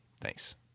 Thanks